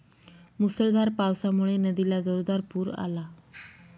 मुसळधार पावसामुळे नदीला जोरदार पूर आला